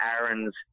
Aaron's